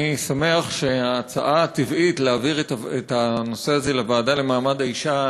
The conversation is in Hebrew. אני שמח שההצעה הטבעית להעביר את הנושא הזה לוועדה לקידום מעמד האישה,